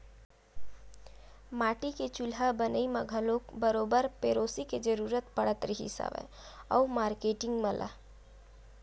माटी के चूल्हा बनई म घलो बरोबर पेरोसी के जरुरत पड़त रिहिस हवय मारकेटिंग मन ल